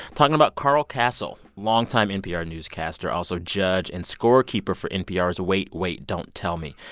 talking about carl kasell, longtime npr newscaster, also judge and scorekeeper for npr's wait wait. don't tell me.